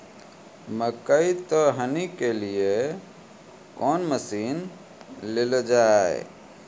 मकई तो हनी के लिए कौन मसीन ले लो जाए?